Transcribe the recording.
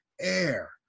air